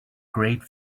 great